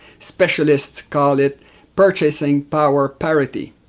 specialists call it purchasing power parity.